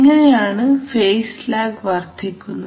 എങ്ങനെയാണ് phase lag വർദ്ധിക്കുന്നത്